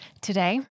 Today